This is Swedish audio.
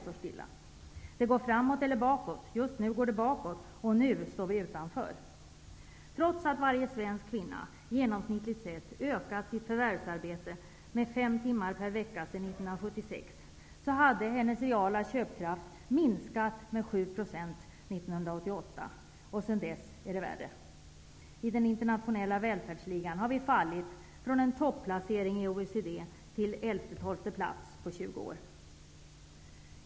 Det går antingen framåt eller bakåt, just nu bakåt -- vi står nu utanför. Trots att varje svensk kvinna genomsnittligt sett ökat sitt förvärvsarbete med fem timmar per vecka sedan 1976 hade hennes reala köpkraft minskat med 7 % 1988. Köpkraften nu är ännu sämre. I den internationella välfärdsligan har vi i Sverige fallit från en topplacering i OECD till elfte tolfte plats på 20 år.